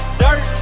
dirt